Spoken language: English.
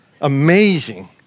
amazing